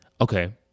Okay